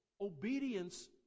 obedience